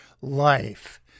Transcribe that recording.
life